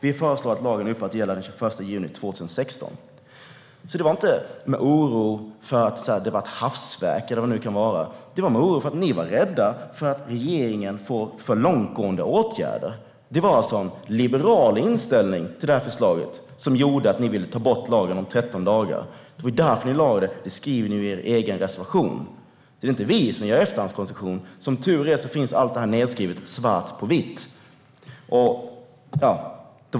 Vi föreslår att lagen upphör att gälla den 21 juni 2016." Det var inte oro över att det var ett hafsverk, utan ni var rädda för att regeringen får för långtgående åtgärder. Det var alltså en liberal inställning till förslaget som gjorde att ni ville ta bort lagen om 13 dagar. Det var därför - ni skriver det i er egen reservation. Det är inte vi som gör efterhandskonstruktioner. Som tur är finns allt nedskrivet svart på vitt.